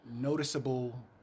noticeable